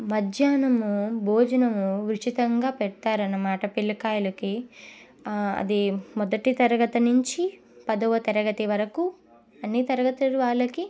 మధ్యాహ్నము భోజనము ఉచితంగా పెట్టారు అన్నమాట పిల్లకాయలకి అది మొదటి తరగతి నుంచి పదవ తరగతి వరకు అన్నీ తరగతుల వాళ్ళకి